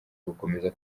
gukomeza